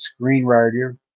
screenwriter